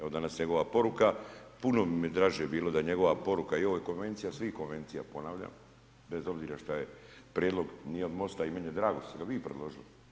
Evo danas njegova poruka, puno bi mi draže bilo da je njegova poruka i ovo je konvencija svih konvencija, ponavljam, bez obzira što prijedlog nije od MOST-a i meni je drago što ste ga vi predložili.